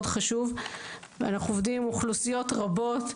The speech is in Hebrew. אנחנו עובדים עם אוכלוסיות רבות,